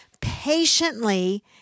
Patiently